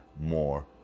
more